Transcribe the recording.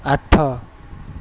ଆଠ